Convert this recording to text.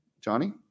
Johnny